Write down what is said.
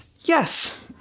Yes